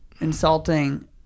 insulting